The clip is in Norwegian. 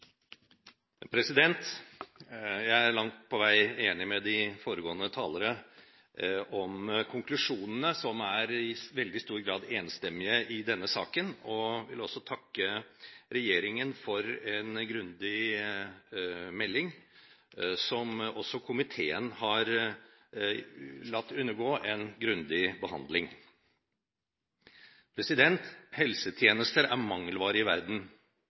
langt på vei enig med de foregående talerne om konklusjonene, som i veldig stor grad er enstemmige i denne saken. Jeg vil også takke regjeringen for en grundig melding, som også komiteen har latt undergå en grundig behandling. Helsetjenester er mangelvare i verden.